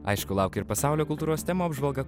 aišku laukia ir pasaulio kultūros temų apžvalga